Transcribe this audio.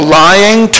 lying